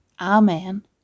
Amen